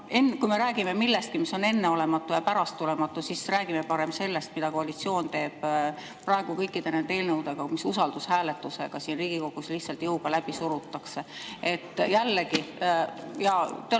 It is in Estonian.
kui rääkida millestki, mis on enneolematu ja pärasttulematu, siis räägime parem sellest, mida koalitsioon teeb praegu kõikide nende eelnõudega, mis usaldushääletusega siin Riigikogus lihtsalt jõuga läbi surutakse. Jällegi,